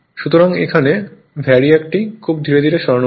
সুতরাং এখানে VARIAC টি খুব ধীরে ধীরে সরান হয়েছে